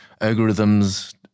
algorithms